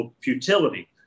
futility